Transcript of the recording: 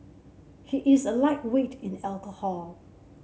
he is a lightweight in alcohol